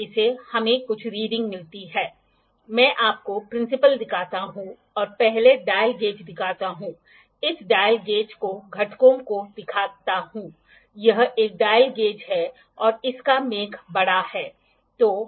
इसलिए अगर मैं इसे खींचना जानता हूं तो मैं काफी हद तक सामान्य रूप से कह सकता हूं कि मैं कोई भी जटिल संरचना बना सकता हूं